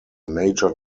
major